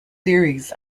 series